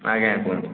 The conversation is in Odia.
ଆଜ୍ଞା କୁହନ୍ତୁ